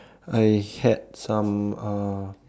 I had some uh